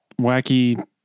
wacky